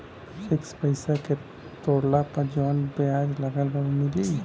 Fix पैसा के तोड़ला पर जवन ब्याज लगल बा उ मिली?